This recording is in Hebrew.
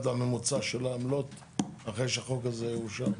הממוצע של העמלות אחרי שהחוק הזה יאושר?